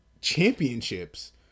championships